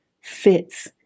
fits